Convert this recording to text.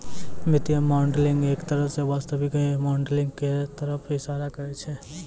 वित्तीय मॉडलिंग एक तरह स वास्तविक मॉडलिंग क तरफ इशारा करै छै